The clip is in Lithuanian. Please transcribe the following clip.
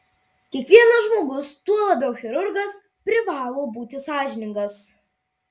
kiekvienas žmogus tuo labiau chirurgas privalo būti sąžiningas